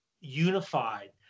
unified